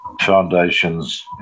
foundations